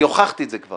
אני הוכחתי את זה כבר.